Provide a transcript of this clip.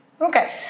Okay